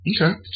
Okay